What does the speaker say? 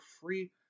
free